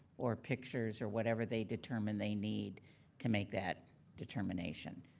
or pictures, or whatever they determine they need to make that determination.